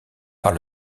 par